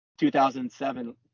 2007